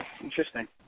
Interesting